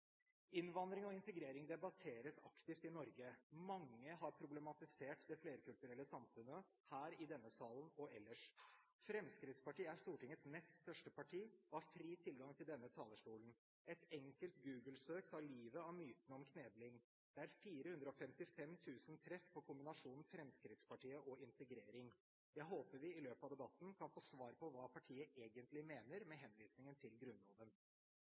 Innvandring og integrering debatteres aktivt i Norge. Mange har problematisert det flerkulturelle samfunnet her i denne salen og ellers. Fremskrittspartiet er Stortingets nest største parti og har fri tilgang til denne talerstolen. Et enkelt Google-søk tar livet av myten om knebling. Det er 455 000 treff på kombinasjonen «Fremskrittspartiet» og «integrering». Jeg håper vi i løpet av debatten kan få svar på hva partiet egentlig mener med henvisningen til Grunnloven.